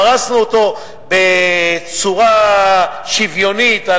פרסנו אותו בצורה שוויונית,